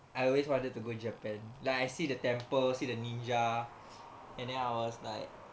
I always wanted to go japan like I see the temple see the ninja and then I was like